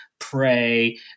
pray